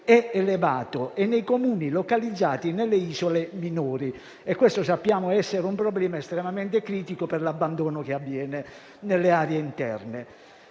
è elevato e nei Comuni localizzati nelle isole minori. Sappiamo essere questo un problema estremamente critico per l'abbandono che avviene nelle aree interne.